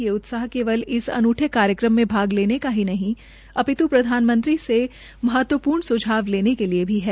ये उत्साह केवल इस अनूठे कार्यक्रम में भाग लेने का ही नहीं अपित् प्रधानमंत्री से महत्वपूर्ण सुझाव लेने के लिए भी है